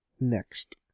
Next